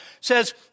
says